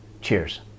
Cheers